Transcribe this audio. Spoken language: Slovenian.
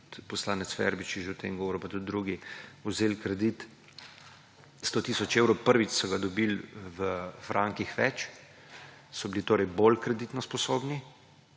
tudi poslanec Verbič je že o tem govoril, pa tudi drugi – vzeli kredit 100 tisoč evrov. Prvič so ga dobil v frankih več, so bili torej bolj kreditno sposobni.